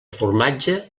formatge